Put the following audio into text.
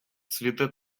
цвіте